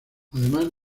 además